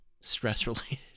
stress-related